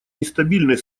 нестабильной